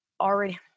already